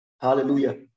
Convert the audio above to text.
Hallelujah